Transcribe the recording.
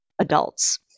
adults